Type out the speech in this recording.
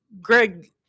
Greg